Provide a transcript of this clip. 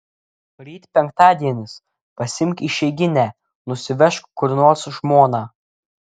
ryt penktadienis pasiimk išeiginę nusivežk kur nors žmoną